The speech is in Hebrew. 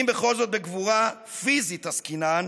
אם בכל זאת בגבורה פיזית עסקינן,